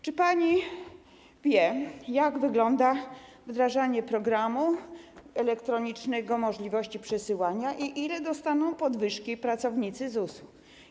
Czy pani wie, jak wygląda wdrażanie programu elektronicznego, możliwości przesyłania i ile dostaną podwyżki pracownicy ZUS-u?